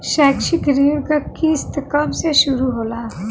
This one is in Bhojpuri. शैक्षिक ऋण क किस्त कब से शुरू होला?